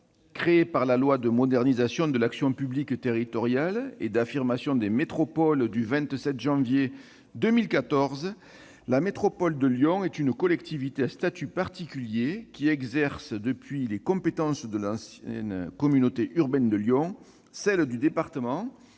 janvier 2014 de modernisation de l'action publique territoriale et d'affirmation des métropoles, la métropole de Lyon est une collectivité à statut particulier, qui exerce les compétences de l'ancienne communauté urbaine de Lyon, celles du département